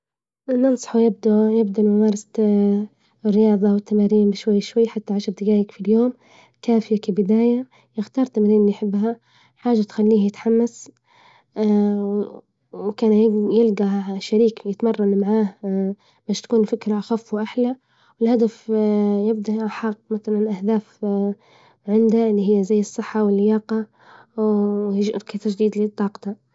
رياضة وتمارين شوي شوي حتى عشر دقايق في اليوم ، كافية كبداية، إختار تمارين نحبها حاجة تخليه يتحمس وكان يلقى شريك يتمرن معاه باش تكون الفكرة أخف وأحلى والهدف.